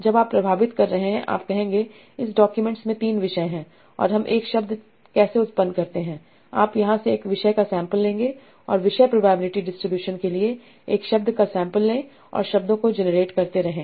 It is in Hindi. जब आप प्रभावित कर रहे हैं तो आप कहेंगे इस डॉक्यूमेंट्स में ये 3 विषय हैं और हम एक शब्द कैसे उत्पन्न करते हैं आप यहाँ से एक विषय का सैंपल लेंगे और विषय प्रोबेबिलिटी डिस्ट्रीब्यूशन के लिए एक शब्द का सैंपल लें और शब्दों को जेनेरेट करते रहें